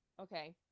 Okay